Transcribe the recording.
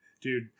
Dude